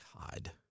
God